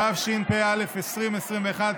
התשפ"א 2021,